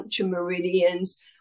meridians